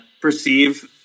perceive